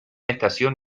estación